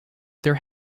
there